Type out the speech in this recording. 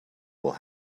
will